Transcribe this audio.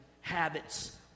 habits